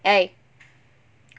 eh